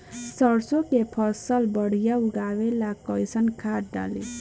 सरसों के फसल बढ़िया उगावे ला कैसन खाद डाली?